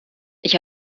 ich